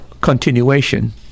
continuation